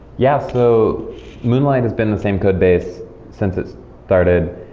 yeah. so moonlight has been the same codebase since it started.